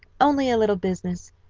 only a little business,